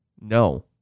No